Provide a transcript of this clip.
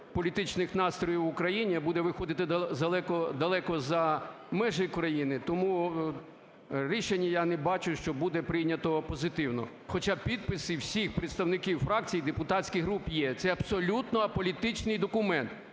політичних настроїв у країні, а буде виходити далеко за межі країни. Тому рішення, я не бачу, що буде прийнято позитивно. Хоча підписи всіх представників фракцій і депутатських груп є. Це абсолютно аполітичний документ.